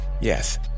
yes